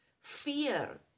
fear